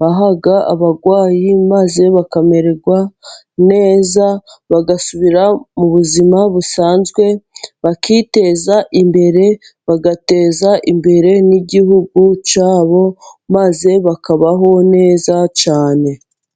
baha abarwayi, maze bakamererwa neza bagasubira mu buzima busanzwe bakiteza imbere. Bagateza imbere n'igihugu cyabo, maze bakabaho neza cyane.